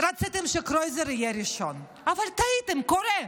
רציתם שקרויזר יהיה ראשון אבל טעיתם, קורה.